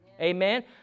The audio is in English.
Amen